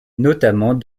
notamment